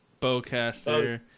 bowcaster